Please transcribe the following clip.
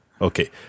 Okay